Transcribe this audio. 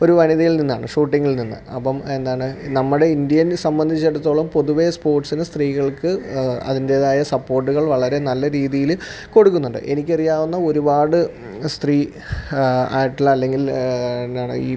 ഒരു വനിതയിൽ നിന്നാണ് ഷൂട്ടിങ്ങിൽ നിന്ന് അപ്പം എന്താണ് നമ്മുടെ ഇന്ത്യേന് സംബന്ധിച്ചിടത്തോളം പൊതുവേ സ്പോട്സിനു സ്ത്രീകൾക്ക് അതിൻറ്റേതായ സപ്പോട്ടുകൾ വളരെ നല്ല രീതിയിൽ കൊടുക്കുന്നുണ്ട് എനിക്കറിയാവുന്ന ഒരുപാട് സ്ത്രീ ആയിട്ടുള്ള അല്ലെങ്കിൽ എന്താണ് ഈ